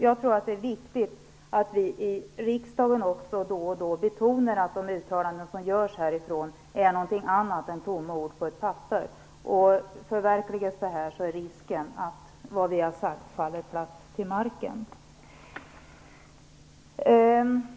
Jag tror att det är viktigt att vi i riksdagen då och då betonar att de uttalande som görs härifrån är någonting annat än tomma ord på ett papper. Om detta förverkligas är risken att det som vi har sagt faller platt till marken.